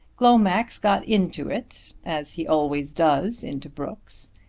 glomax got into it as he always does into brooks,